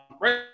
right